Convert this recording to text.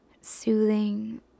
soothing